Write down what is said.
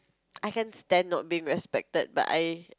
I can stand not being respected but I